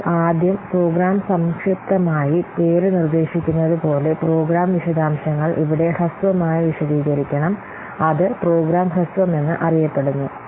ഇപ്പോൾ ആദ്യം പ്രോഗ്രാം സംക്ഷിപ്തമായി പേര് നിർദ്ദേശിക്കുന്നതുപോലെ പ്രോഗ്രാം വിശദാംശങ്ങൾ ഇവിടെ ഹ്രസ്വമായി വിശദീകരിക്കണം അത് പ്രോഗ്രാം ഹ്രസ്വമെന്ന് അറിയപ്പെടുന്നു